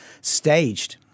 staged